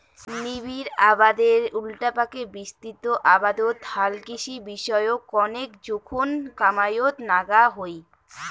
নিবিড় আবাদের উল্টাপাকে বিস্তৃত আবাদত হালকৃষি বিষয়ক কণেক জোখন কামাইয়ত নাগা হই